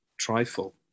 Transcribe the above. trifle